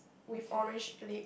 with orange leg